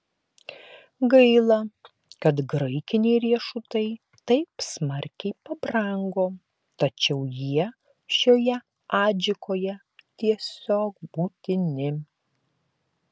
gaila kad graikiniai riešutai taip smarkiai pabrango tačiau jie šioje adžikoje tiesiog būtini